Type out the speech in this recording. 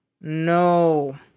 no